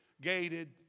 Gated